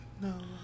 No